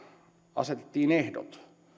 asetettiin ehdot